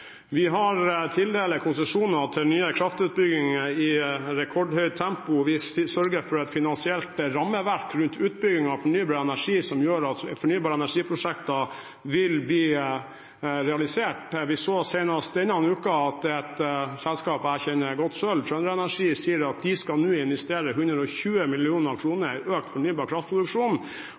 Vi tildeler konsesjoner til nye kraftutbygginger i rekordhøyt tempo, og vi sørger for et finansielt rammeverk rundt utbyggingen av fornybar energi som gjør at fornybar-energi-prosjekter vil bli realisert. Vi så senest denne uken at et selskap jeg selv kjenner godt, TrønderEnergi, sier at de nå skal investere 120 mill. kr i økt fornybar kraftproduksjon,